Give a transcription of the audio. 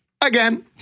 again